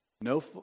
No